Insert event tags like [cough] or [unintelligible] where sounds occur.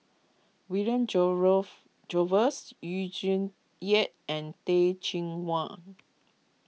William [unintelligible] Jervois Yu Zhuye and Teh Cheang Wan